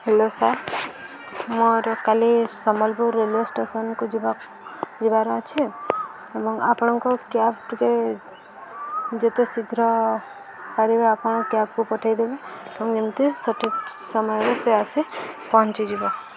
hello sir ମୋର କାଲି Sambalpur railway ଷ୍ଟେସନକୁ ଯିବାର ଅଛି ଏବଂ ଆପଣଙ୍କ କ୍ୟାବ ଟିକେ ଯେତେ ଶୀଘ୍ର ପାରିବେ ଆପଣ କ୍ୟାବକୁ ପଠେଇଦେବେ ଏବଂ ଯେମିତି ସଠିକ୍ ସମୟରେ ସେ ଆସିେ ପହଞ୍ଚିଯିବ